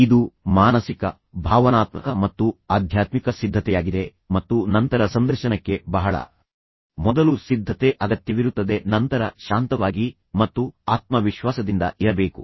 ಇದು ಮಾನಸಿಕ ಭಾವನಾತ್ಮಕ ಮತ್ತು ಆಧ್ಯಾತ್ಮಿಕ ಸಿದ್ಧತೆಯಾಗಿದೆ ಮತ್ತು ನಂತರ ಸಂದರ್ಶನಕ್ಕೆ ಬಹಳ ಮೊದಲು ಸಿದ್ಧತೆ ಅಗತ್ಯವಿರುತ್ತದೆ ನಂತರ ಶಾಂತವಾಗಿ ಮತ್ತು ಆತ್ಮವಿಶ್ವಾಸದಿಂದ ಇರಬೇಕು